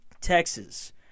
Texas